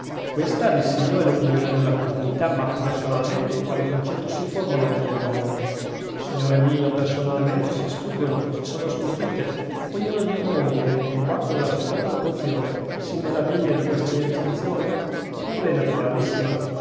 questa dissi io è l'opinione della comunità ma personalmente quale concetto si formano delle donne signore mio personalmente si sfuggono si sono sfuggite ognuno di noi è venuto qua con la seconda vocazione si meraviglia di questa mia distinzione pure è naturalissima